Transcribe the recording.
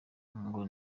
ngo